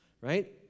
right